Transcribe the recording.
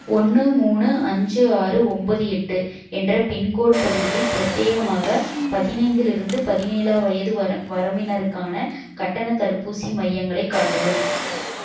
ஒன்று மூணு அஞ்சி ஆறு ஒன்பது எட்டு என்ற பின்கோட் பகுதியில் பிரத்யேகமாக பதினைந்திலிருந்து பதினேழா வயது வர வரம்பினருக்கான கட்டணத் தடுப்பூசி மையங்களை காட்டவும்